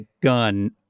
gun